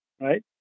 right